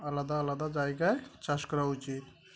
আলাদা আলাদা জায়গায় চাষ করা উচিত